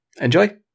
Enjoy